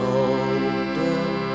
older